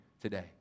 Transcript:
today